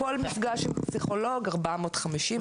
כל מפגש עם פסיכולוג 450 שקלים.